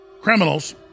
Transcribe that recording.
criminals